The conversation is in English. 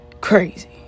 crazy